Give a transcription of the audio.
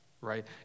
Right